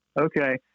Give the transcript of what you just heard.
Okay